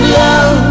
love